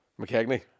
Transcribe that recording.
McKegney